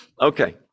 Okay